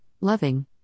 loving